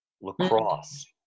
lacrosse